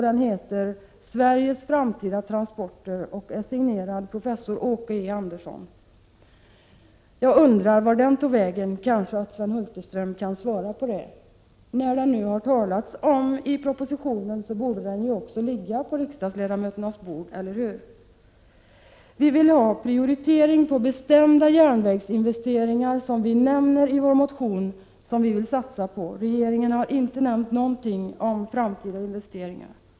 Den heter Sveriges framtida transporter och är signerad av professor Åke E. Andersson. Jag undrar vart den rapporten har tagit vägen — kan Sven Hulterström svara på det? När det nu talas om deni propositionen borde den ligga på ledamöternas bord, eller hur? Vi vill ha en prioritering av bestämda järnvägsinvesteringar. Vi nämner i vår motion att vi vill satsa på sådana, men regeringen har inte sagt någonting om framtida investeringar.